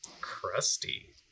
crusty